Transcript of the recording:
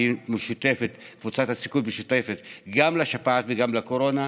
וקבוצת הסיכון משותפת לשפעת ולקורונה,